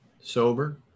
sober